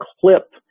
clip